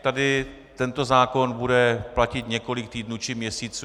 Tady tento zákon bude platit několik týdnů či měsíců.